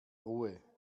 ruhe